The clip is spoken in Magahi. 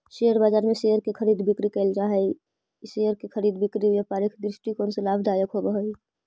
शेयर बाजार में शेयर की खरीद बिक्री कैल जा हइ शेयर के खरीद बिक्री व्यापारिक दृष्टिकोण से लाभदायक होवऽ हइ